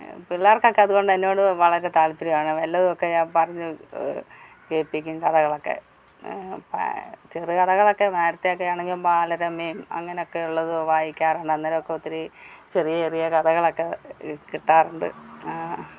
പിള്ളേർക്കൊക്കെ അതുകൊണ്ട് എന്നോട് വളരെ താല്പര്യമാണ് വല്ലതും ഒക്കെ ഞാൻ പറഞ്ഞു കേൾപ്പിക്കും കഥകളൊക്കെ ചെറുകഥകളൊക്കെ നേരത്തെയൊക്കെ ആണെങ്കിൽ ബാലരമയും അങ്ങനെയൊക്കെയുള്ളത് വായിക്കാറുണ്ട് അന്നേരം ഒക്കെ ഒത്തിരി ചെറിയ ചെറിയ കഥകളൊക്കെ കിട്ടാറുണ്ട്